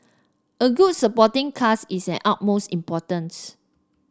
a good supporting cast is an utmost importance